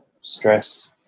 stress